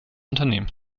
unternehmen